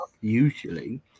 usually